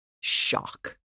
shock